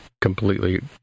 completely